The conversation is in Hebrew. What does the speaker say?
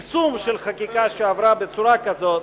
יישום של חקיקה שעברה בצורה כזאת,